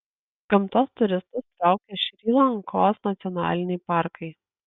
gamtos turistus traukia šri lankos nacionaliniai parkai